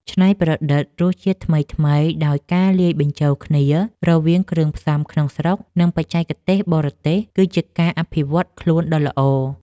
ច្នៃប្រឌិតរសជាតិថ្មីៗដោយការលាយបញ្ចូលគ្នារវាងគ្រឿងផ្សំក្នុងស្រុក និងបច្ចេកទេសបរទេស គឺជាការអភិវឌ្ឍខ្លួនដ៏ល្អ។